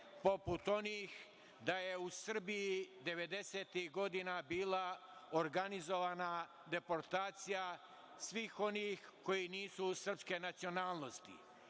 poput onih da je u Srbiji devedesetih godina bila organizovana deportacija svih onih koji nisu srpske nacionalnosti? Pre